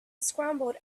scrambled